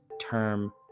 term